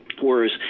Whereas